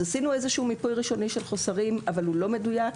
עשינו מיפוי ראשוני של חוסרים אבל הוא לא מדויק.